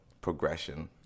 progression